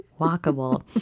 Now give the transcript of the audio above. walkable